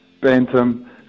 bantam